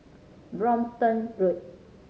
Brompton Road